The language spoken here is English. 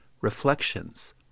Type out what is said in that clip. reflections